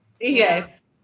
Yes